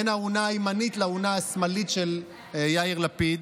בין האונה הימנית לאונה השמאלית של יאיר לפיד,